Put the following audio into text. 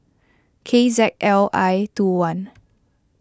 K Z L I two one